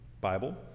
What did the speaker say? Bible